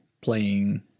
playing